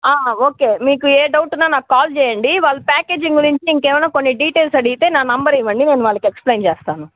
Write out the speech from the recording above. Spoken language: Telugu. ఓకే మీకు ఏ డౌట్ ఉన్నా నాకు కాల్ చేయండి వాళ్ళకి ప్యాకేజింగ్ గురించి ఇంకా ఏమైనా కొన్ని డీటైల్స్ అడిగితే నా నంబర్ ఇవ్వండి నేను వాళ్ళకి ఎక్స్ప్లెయిన్ చేస్తాను